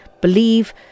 believe